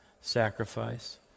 sacrifice